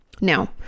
Now